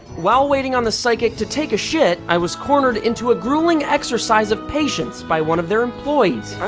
while waiting on the psychic to take a shit i was cornered into grueling exercise of patience by one of their employees